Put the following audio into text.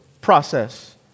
process